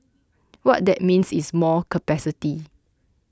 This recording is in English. what that means is more capacity